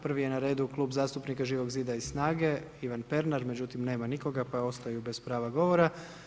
Prvi je na redu Klub zastupnika Živog Zida i SNAGA-a Ivan Pernar, međutim nema nikoga pa ostaju bez prava govora.